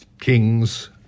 kings